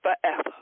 forever